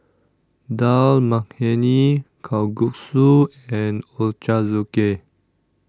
Dal Makhani Kalguksu and Ochazuke